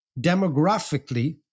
demographically